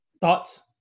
Thoughts